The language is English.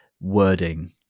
wording